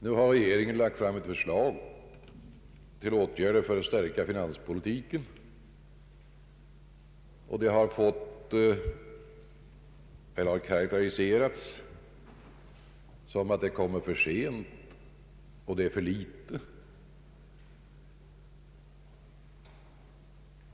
Nu har regeringen lagt fram ett förslag till åtgärder för att stärka finanspolitiken. De som kritiserat förslaget har sagt att det kommer för sent och att åtgärderna ej är tillräckliga.